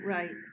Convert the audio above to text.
Right